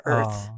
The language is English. Earth